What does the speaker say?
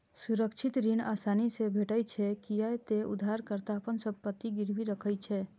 सुरक्षित ऋण आसानी से भेटै छै, कियै ते उधारकर्ता अपन संपत्ति गिरवी राखै छै